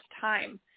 time